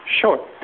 Sure